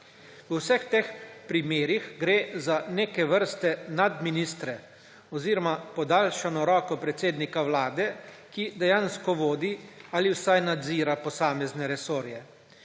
V vseh teh primerih gre za neke vrste nadministre oziroma podaljšano roko predsednika Vlade, ki dejansko vodi ali vsaj nadzira posamezne resorje,